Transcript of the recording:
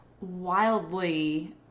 wildly